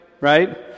right